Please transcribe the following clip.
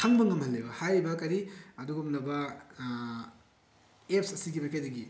ꯈꯪꯕ ꯉꯝꯍꯜꯂꯦꯕ ꯍꯥꯏꯔꯤꯕ ꯀꯔꯤ ꯑꯗꯨꯒꯨꯝꯂꯕ ꯑꯦꯞꯁ ꯑꯁꯤꯒꯤ ꯃꯥꯏꯀꯩꯗꯒꯤ